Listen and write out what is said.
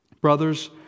Brothers